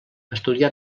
estudià